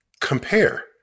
compare